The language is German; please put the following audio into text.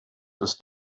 ist